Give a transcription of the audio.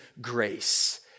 grace